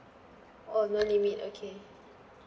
oh no limit okay